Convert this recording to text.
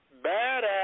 badass